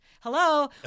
hello